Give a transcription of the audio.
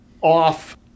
off